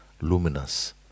luminous